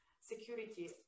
security